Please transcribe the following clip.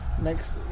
Next